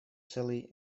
целый